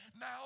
now